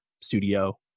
studio